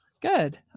good